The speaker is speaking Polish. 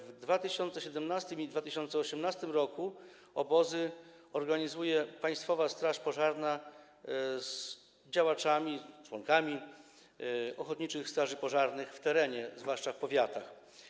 W latach 2017 i 2018 obozy organizuje Państwowa Straż Pożarna z działaczami, członkami ochotniczych straży pożarnych w terenie, zwłaszcza w powiatach.